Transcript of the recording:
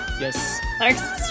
Yes